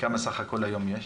וכמה סך הכול יש?